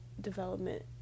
development